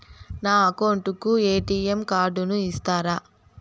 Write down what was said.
నా అకౌంట్ కు ఎ.టి.ఎం కార్డును ఇస్తారా